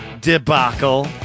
debacle